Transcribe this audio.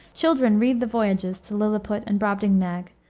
children read the voyages to lilliput and brobdingnag,